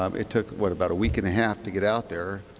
um it took, what, about a week and a half to get out there,